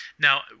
Now